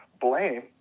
blame